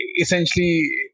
essentially